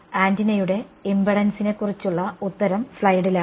ആന്റിനയുടെ ഇംപഡൻസിനെ കുറിച്ചുള്ള ഉത്തരം സ്ലൈഡിലാണ്